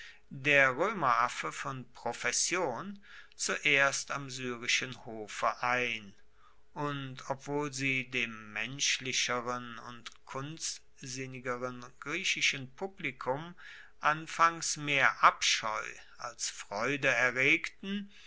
der roemeraffe von profession zuerst am syrischen hofe ein und obwohl sie dem menschlicheren und kunstsinnigeren griechischen publikum anfangs mehr abscheu als freude